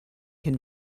can